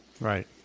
Right